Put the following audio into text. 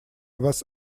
was